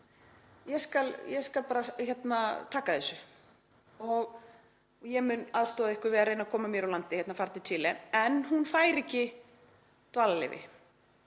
ég skal bara taka þessu og ég mun aðstoða ykkur við að reyna að koma mér úr landi og fara til Chile. En hún fær ekki dvalarleyfi